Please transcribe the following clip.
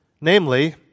Namely